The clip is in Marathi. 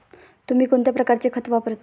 तुम्ही कोणत्या प्रकारचे खत वापरता?